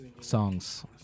Songs